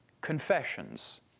confessions